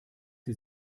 sie